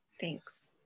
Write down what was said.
thanks